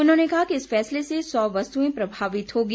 उन्होंने कहा कि इस फैसले से सौं वस्तुए प्रभावित होंगी